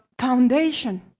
foundation